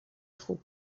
خوب